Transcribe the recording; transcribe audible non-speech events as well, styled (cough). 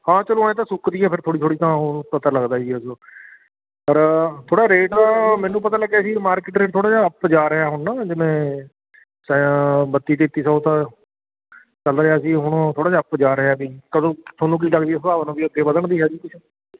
ਹਾਂ ਚਲੋ ਇਹ ਤਾਂ ਸੁੱਕਦੀ ਹੈ ਫਿਰ ਥੋੜ੍ਹੀ ਥੋੜ੍ਹੀ ਤਾਂ ਉਹ ਪਤਾ ਲੱਗਦਾ ਜੀ (unintelligible) ਪਰ ਥੋੜ੍ਹਾ ਰੇਟ ਮੈਨੂੰ ਪਤਾ ਲੱਗਿਆ ਸੀ ਮਾਰਕੀਟ ਰੇਟ ਥੋੜ੍ਹਾ ਜਿਹਾ ਅੱਪ ਜਾ ਰਿਹਾ ਹੁਣ ਨਾ ਜਿਵੇਂ ਬੱਤੀ ਤੇਤੀ ਸੌ ਤਾਂ ਚੱਲ ਰਿਹਾ ਸੀ ਹੁਣ ਥੋੜ੍ਹਾ ਜਿਹਾ ਅੱਪ ਜਾ ਰਿਹਾ ਵੀ ਕਦੋਂ ਤੁਹਾਨੂੰ ਕੀ ਲੱਗਦੀ ਸੰਭਾਵਨਾ ਵੀ ਅੱਗੇ ਵੱਧਣ ਦੀ ਹੈ ਜੀ ਕੁਛ